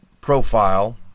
profile